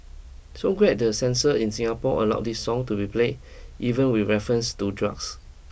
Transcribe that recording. so glad the censor in Singapore allowed this song to be played even with references to drugs